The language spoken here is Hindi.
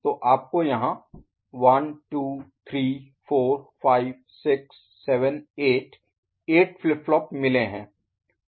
तो आपको यहाँ 1 2 3 4 5 6 7 8 8 फ्लिप फ्लॉप मिले हैं